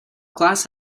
class